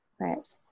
Right